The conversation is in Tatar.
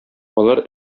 алар